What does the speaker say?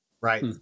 Right